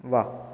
वा